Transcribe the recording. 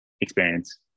experience